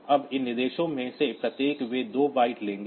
अब इन निर्देशों में से प्रत्येक वे 2 बाइट्स लेंगे